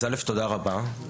אז תודה רבה,